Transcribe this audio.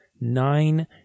nine